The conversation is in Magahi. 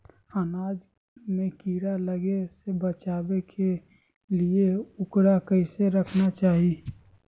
अनाज में कीड़ा लगे से बचावे के लिए, उकरा कैसे रखना चाही?